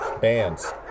Bands